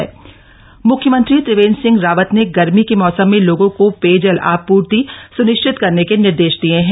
पेयजल आपूर्ति मुख्यमंत्री त्रिवेन्द्र सिंह राम्रत ने गर्मी के मौसम में लोगों को पेयजल आपूर्ति सुनिश्चित करने के निर्देश दिये हैं